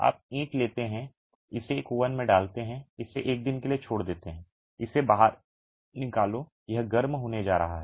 आप ईंट लेते हैं इसे एक ओवन में डालते हैं इसे एक दिन के लिए छोड़ देते हैं इसे बाहर निकालो यह गर्म होने जा रहा है